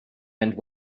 end